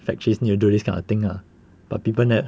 factories need to do this kind of thing ah but people nev~